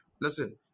Listen